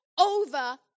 over